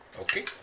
Okay